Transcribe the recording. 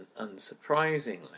unsurprisingly